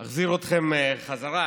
אני אחזיר אתכם בחזרה